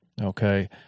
Okay